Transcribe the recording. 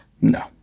No